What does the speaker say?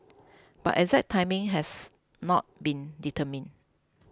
but exact timing has not been determined